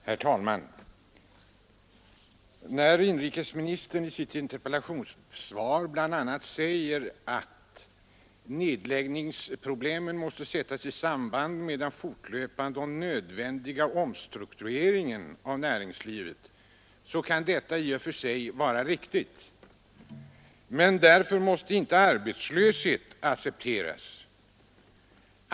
Herr talman! När inrikesministern i sitt interpellationssvar bl.a. säger att nedläggningsproblemen ”måste sättas i samband med den fortlöpande och nödvändiga omstruktureringen av näringslivet”, så kan detta i och för sig vara riktigt. Men därför måste inte arbetslöshet accepteras.